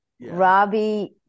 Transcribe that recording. Robbie